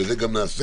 וזה גם נעשה,